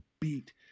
beat